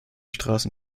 straßen